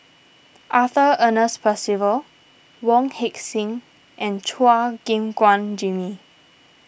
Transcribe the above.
Arthur Ernest Percival Wong Heck Sing and Chua Gim Guan Jimmy